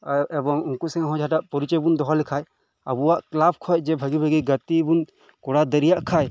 ᱟᱨ ᱮᱵᱚᱝ ᱩᱝᱠᱩ ᱥᱚᱝᱜᱮ ᱦᱚᱸ ᱡᱟᱦᱟᱸᱴᱟᱜ ᱯᱚᱨᱤᱪᱚᱭ ᱵᱚᱱ ᱫᱚᱦᱚ ᱞᱮᱠᱷᱟᱱ ᱟᱵᱚᱣᱟᱜ ᱠᱮᱞᱟᱯ ᱠᱷᱚᱱ ᱡᱮ ᱵᱷᱟᱜᱮ ᱵᱷᱟᱜᱮ ᱜᱟᱛᱤ ᱵᱚᱱ ᱠᱚᱨᱟᱣ ᱫᱟᱲᱮᱭᱟᱜ ᱠᱷᱟᱱ